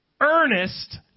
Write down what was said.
earnest